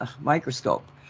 microscope